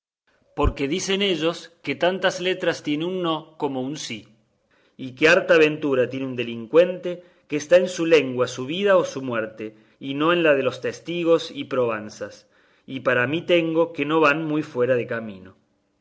porque dicen ellos que tantas letras tiene un no como un sí y que harta ventura tiene un delincuente que está en su lengua su vida o su muerte y no en la de los testigos y probanzas y para mí tengo que no van muy fuera de camino